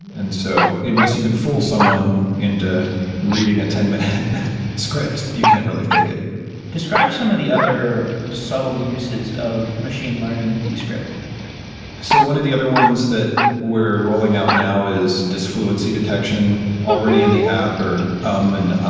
and so unless, you can fool someone into reading a ten minute script, you can't really fake it describe some of the other subtle uses of machine learning in descript so one of the other ones that we're rolling out now is disfl uency detection already in the app, or um and uh